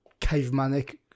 cavemanic